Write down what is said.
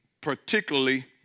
particularly